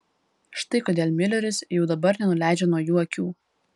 štai kodėl miuleris jau dabar nenuleidžia nuo jų akių